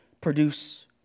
produce